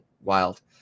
Wild